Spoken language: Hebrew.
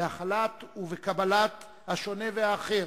בהכלת ובקבלת השונה והאחר,